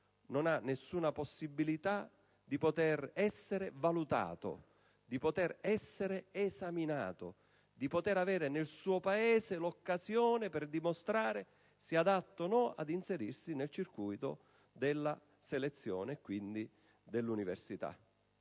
non ha nessuna possibilità di essere valutato, di essere esaminato, di avere, nel proprio Paese, l'occasione per dimostrare se è adatto o no ad inserirsi nel circuito della selezione e, quindi, dell'università.